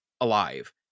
alive